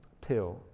Till